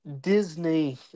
Disney